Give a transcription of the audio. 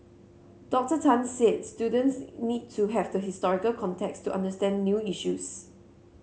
Doctor Tan said students need to have the historical context to understand new issues